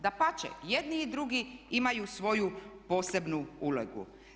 Dapače jedni i drugi imaju svoju posebnu ulogu.